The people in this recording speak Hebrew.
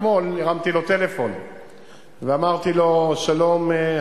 אתמול הרמתי אליו טלפון ואמרתי לו: שלום,